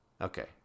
Okay